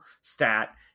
stat